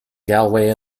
galway